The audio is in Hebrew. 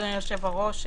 אדוני יושב-הראש,